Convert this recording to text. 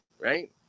right